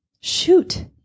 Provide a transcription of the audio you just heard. shoot